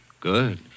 Good